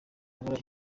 kubura